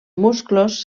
musclos